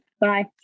bye